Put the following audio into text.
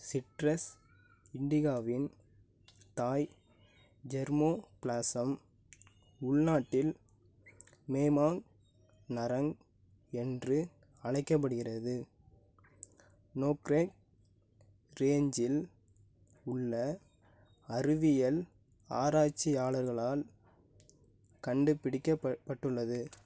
citrus இண்டிகாவின் தாய் germplasm உள்நாட்டில் மேமாங் நரங் என்று அழைக்கப்படுகிறது நோக்ரெக் ரேஞ்சில் உள்ள அறிவியல் ஆராய்ச்சியாளர்களால் கண்டுபிடிக்கப்பட் பட்டுள்ளது